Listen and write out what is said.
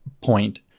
point